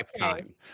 Lifetime